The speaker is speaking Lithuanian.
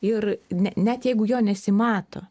ir net jeigu jo nesimato